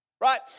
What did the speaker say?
right